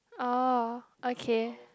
orh okay